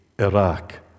Iraq